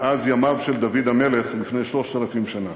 מאז ימיו של דוד המלך לפני 3,000 שנה.